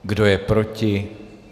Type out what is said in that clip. Kdo je proti?